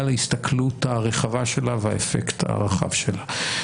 ההסתכלות הרחבה שלה והאפקט הרחב שלה.